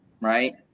right